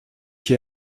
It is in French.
qui